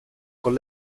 con